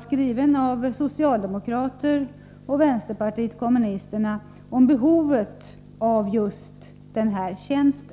skriven av socialdemokraterna och vänsterpartiet kommunisterna om behovet av just denna tjänst.